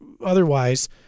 otherwise